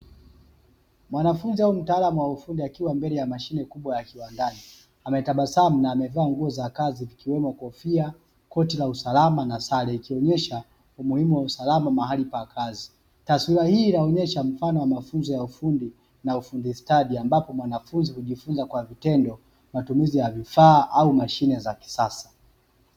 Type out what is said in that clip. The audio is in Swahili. Mwanafunzi au mtaalamu wa ufundi akiwa mbele ya mashine kubwa ya kiwandani ametabasamu na amevaa nguo za kazi vikiwemo kofia koti la usalama na sare ikionyesha umuhimu wa usalama mahali pa kazi, taswira hii inaonyesha mfano wa mafunzo ya ufundi na ufundi stadi, ambapo mwanafunzi hujifunza kwa vitendo matumizi ya vifaa au mashine za kisasa.